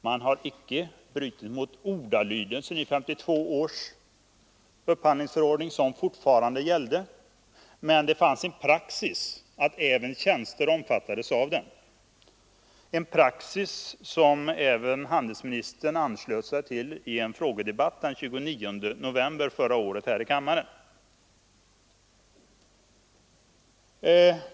Man har icke brutit mot ordalydelsen i 1952 års upphandlingsförord ning, som fortfarande gällde, men praxis var att även tjänster omfattades av förordningen, och denna praxis anslöt sig även handelsministern till i en frågedebatt här i kammaren den 29 november förra året.